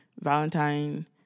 Valentine